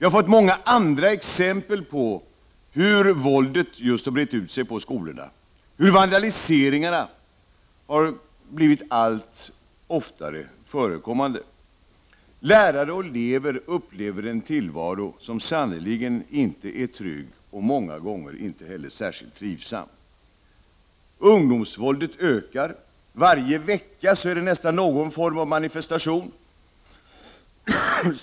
Vi har fått många andra exempel på hur våldet har brett ut sig på skolorna, hur vandaliseringen har blivit allt oftare förekommande. Lärare och elever upplever en tillvaro som sannerligen inte är trygg och många gånger inte heller särskilt trivsam. Ungdomsvåldet ökar. Nästan varje vecka är det någon form av manifestation.